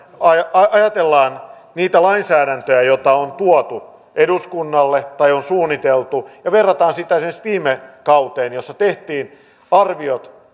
ajatellaan niitä lainsäädäntöjä joita on tuotu eduskunnalle tai on suunniteltu ja verrataan esimerkiksi viime kauteen jolloin tehtiin arviot